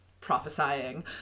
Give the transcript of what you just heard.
prophesying